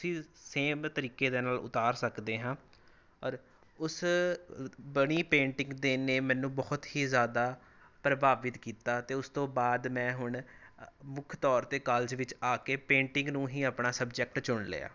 ਉਸੀ ਸੇਮ ਤਰੀਕੇ ਦੇ ਨਾਲ ਉਤਾਰ ਸਕਦੇ ਹਾਂ ਔਰ ਉਸ ਅ ਬਣੀ ਪੇਂਟਿੰਗ ਦੇ ਨੇ ਮੈਨੂੰ ਬਹੁਤ ਹੀ ਜ਼ਿਆਦਾ ਪ੍ਰਭਾਵਿਤ ਕੀਤਾ ਅਤੇ ਉਸ ਤੋਂ ਬਾਅਦ ਮੈਂ ਹੁਣ ਮੁੱਖ ਤੌਰ 'ਤੇ ਕਾਲਜ ਵਿੱਚ ਆ ਕੇ ਪੇਂਟਿੰਗ ਨੂੰ ਹੀ ਆਪਣਾ ਸਬਜੈਕਟ ਚੁਣ ਲਿਆ